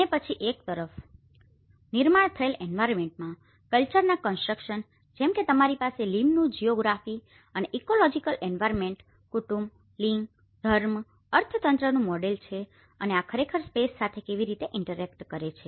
અને પછી એક તરફ નિર્માણ થયેલ એન્વાયરમેન્ટમાં કલ્ચર ના કન્સ્ટ્રકશન જેમ કે તમારી પાસે લીમ નું જીઓગ્રાફી અને ઇકોલોજીકલ એન્વાયરમેન્ટ કુટુંબ લિંગ ધર્મ અર્થતંત્રનું મોડેલ છે અને આ ખરેખર સ્પેસ સાથે કેવી રીતે ઈન્ટરેકટ કરે છે